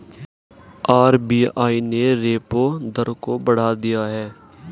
RBI ने repo दर को बढ़ा दिया है